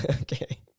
Okay